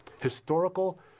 Historical